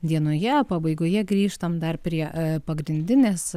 dienoje pabaigoje grįžtam dar prie pagrindinės